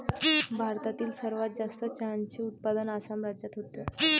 भारतातील सर्वात जास्त चहाचे उत्पादन आसाम राज्यात होते